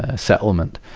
ah settlement,